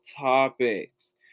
topics